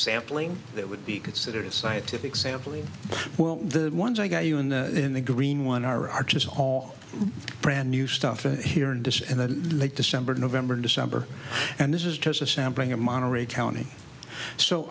sampling that would be considered a scientific sampling well the ones i got you in the in the green one are arches all brand new stuff here and this and the late december november december and this is just a sampling of monterey county so